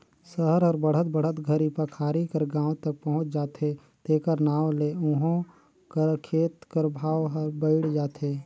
सहर हर बढ़त बढ़त घरी पखारी कर गाँव तक पहुंच जाथे तेकर नांव ले उहों कर खेत कर भाव हर बइढ़ जाथे